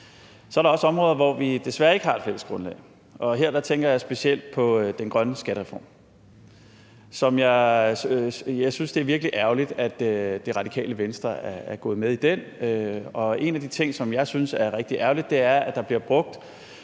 Så er der også områder, hvor vi desværre ikke har et fælles grundlag, og her tænker jeg specielt på den grønne skattereform. Jeg synes, det er virkelig ærgerligt, at Det Radikale Venstre er gået med i den. Og en af de ting, som jeg synes er rigtig ærgerlig, er, at der frem til